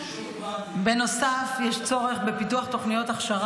חישוב קוונטי.